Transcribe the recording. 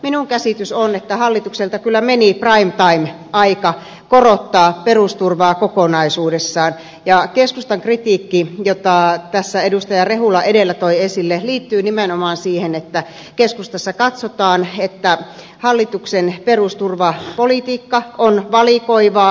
minun käsitykseni on että hallitukselta kyllä meni prime time aika korottaa perusturvaa kokonaisuudessaan ja keskustan kritiikki jota tässä edustaja rehula edellä toi esille liittyy nimenomaan siihen että keskustassa katsotaan että hallituksen perusturvapolitiikka on valikoivaa